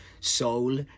soul